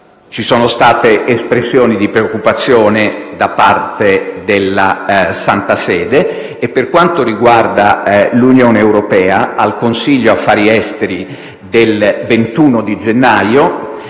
Ci sono state espressioni di preoccupazione da parte della Santa Sede e, per quanto riguarda l'Unione europea, al Consiglio affari esteri del 21 gennaio